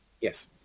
yes